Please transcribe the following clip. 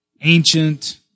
ancient